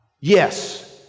Yes